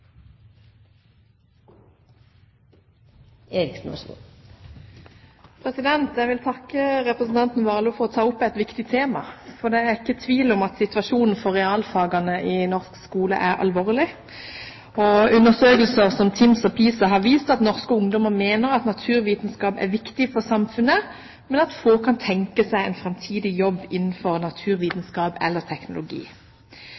Jeg vil takke representanten Warloe for at han tar opp et viktig tema, for det er ingen tvil om at situasjonen for realfagene i norsk skole er alvorlig. Undersøkelser som TIMSS og PISA har vist at norske ungdommer mener at naturvitenskap er viktig for samfunnet, men at få kan tenke seg en framtidig jobb innenfor